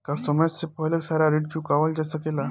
का समय से पहले सारा ऋण चुकावल जा सकेला?